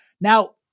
Now